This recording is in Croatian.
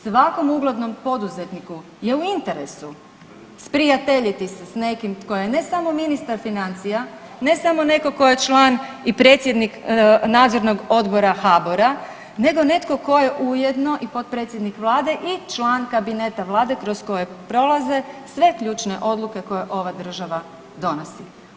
Svakom uglednom poduzetniku je u interesu sprijateljiti se s nekim tko je ne samo ministar financija, ne samo netko tko je član i predsjednik nadzornog odbora HBOR-a nego netko tko je ujedno i potpredsjednik vlade i član kabineta vlade kroz koje prolaze sve ključne odluke koje ova država donosi.